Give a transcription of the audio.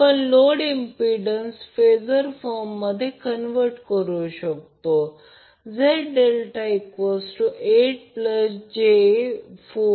आपण load impedance phasor फॉर्ममध्ये convert करू शकतो